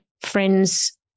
friends